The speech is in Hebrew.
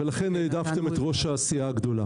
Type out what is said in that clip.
ולכן העדפתם את ראש הסיעה הגדולה.